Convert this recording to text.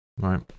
right